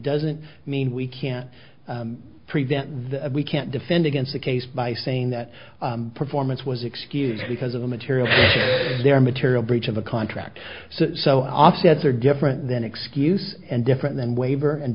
doesn't mean we can prevent the we can't defend against a case by saying that performance was excused because of the material they're material breach of a contract so offsets are different than excuse and different than waiver and